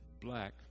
black